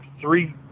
three